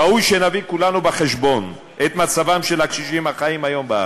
ראוי שנביא כולנו בחשבון את מצבם של הקשישים החיים היום בארץ,